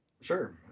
Sure